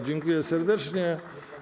Dziękuję serdecznie.